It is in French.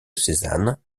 cézanne